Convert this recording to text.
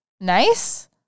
nice